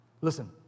Listen